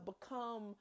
become